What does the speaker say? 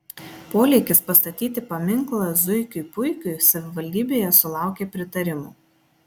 polėkis pastatyti paminklą zuikiui puikiui savivaldybėje sulaukė pritarimo